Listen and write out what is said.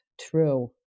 True